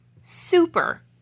Super